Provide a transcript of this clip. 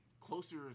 closer